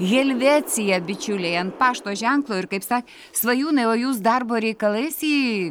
helvecija bičiuliai ant pašto ženklo ir kaip sa svajūnai o jūs darbo reikalais į